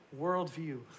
worldview